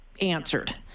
answered